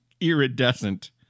iridescent